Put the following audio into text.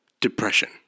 depression